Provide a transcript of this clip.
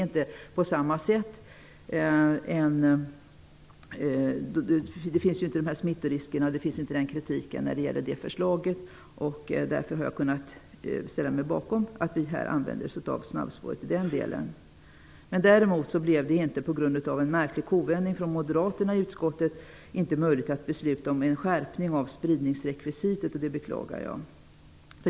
I fråga om det förslaget finns det inte några smittorisker och inte heller någon kritik. Därför har jag kunnat ställa mig bakom att vi använder oss av snabbspåret i det här sammanhanget. På grund av en märklig kovändning av moderaterna i utskottet blev det däremot inte möjligt att tillstyrka ett beslut om en skärpning av spridningsrekvisitet, och det beklagar jag.